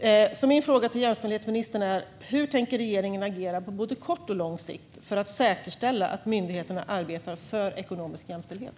Min fråga till jämställdhetsministern är: Hur tänker regeringen agera på både kort och lång sikt för att säkerställa att myndigheterna arbetar för ekonomisk jämställdhet?